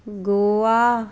Goa